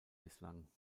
bislang